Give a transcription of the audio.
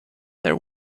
there